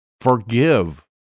Forgive